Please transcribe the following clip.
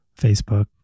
Facebook